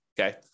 Okay